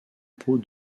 peaux